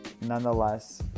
nonetheless